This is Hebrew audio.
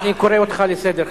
אני קורא אותך לסדר,